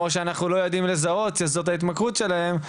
או שאנחנו לא יודעים לזהות שזאת ההתמכרות שלהם,